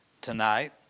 tonight